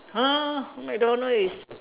!huh! McDonald is